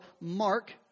Mark